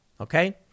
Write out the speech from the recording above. Okay